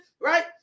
Right